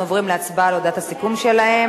אנחנו עוברים להצבעה על הודעת הסיכום שלהן.